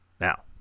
now